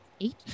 eight